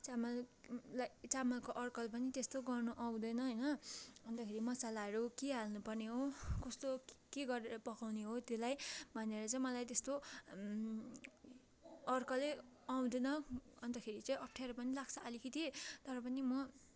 चामल लाई चामलको अड्कल पनि त्यस्तो गर्नु आउँदैन होइन अन्तखेरि मसलाहरू के हाल्नुपर्ने हो कस्तो के गरेर पकाउने हो त्यसलाई भनेर चाहिँ मलाई त्यस्तो अड्कलै आउँदैन अन्तखेरि चाहिँ अप्ठ्यारो पनि लाग्छ अलिकति तर पनि म